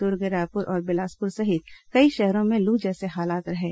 दुर्ग रायपुर और बिलासपुर सहित कई शहरों में लू जैसे हालात रहें